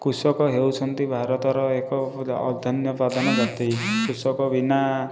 କୃଷକ ହେଉଛନ୍ତି ଭାରତର ଏକ ପ୍ରଧାନ ବ୍ୟକ୍ତି କୃଷକ ବିନା